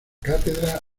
cátedra